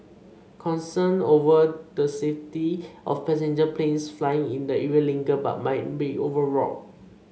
concerns over the safety of passenger planes flying in the area linger but might be overwrought